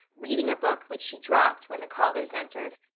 reading a book which she dropped when the callers entered.